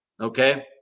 Okay